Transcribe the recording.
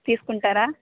తీసుకుంటారా